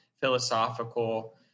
philosophical